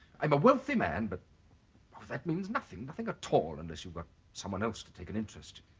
i'm a wealthy man but that means nothing nothing at all unless you've got someone else to take an interest.